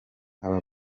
aba